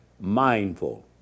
mindful